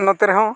ᱱᱚᱛᱮ ᱨᱮᱦᱚᱸ